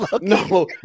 No